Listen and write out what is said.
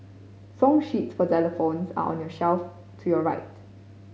song sheets for xylophones are on your shelf to your right